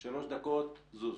יש לך שלוש דקות, זוז.